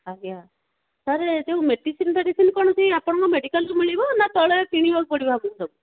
ଆଜ୍ଞା ସାର୍ ଏ ଯେଉଁ ମେଡ଼ିସିନ୍ ଫେଡିସିନ୍ କ'ଣ ସେଇ ଆପଣଙ୍କର ମେଡ଼ିକାଲ୍ରୁ ମିଳିବ ନା ତଳେ କିଣିବାକୁ ପଡ଼ିବ ଆମକୁ ସବୁ